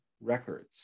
records